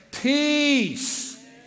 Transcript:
Peace